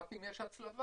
רק אם יש הצלבה,